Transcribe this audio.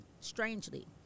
strangely